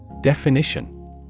Definition